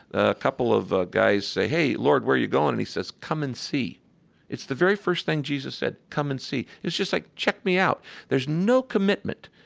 a couple of ah guys say, hey, lord, where are you going? and he says, come and see it's the very first thing jesus said, come and see it's just like, check me out there's no commitment.